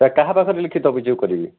sir କାହା ପାଖରେ ଲିଖିତ ଅଭିଯୋଗ କରିବି